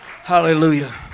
Hallelujah